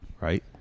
right